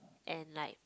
and like